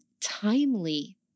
timely